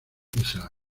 isaac